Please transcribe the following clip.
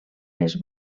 les